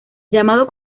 llamado